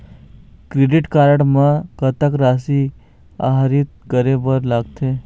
Credit card म कतक राशि आहरित करे बर लगथे?